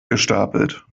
gestapelt